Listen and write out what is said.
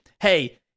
Hey